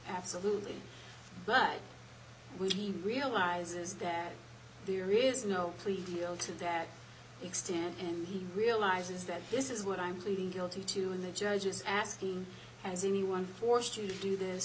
absolutely but when he realizes that there is no plea deal to that extent and he realizes that this is what i'm pleading guilty to and the judge was asking has anyone forced you to do this